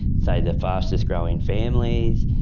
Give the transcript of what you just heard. say the fastest growing families,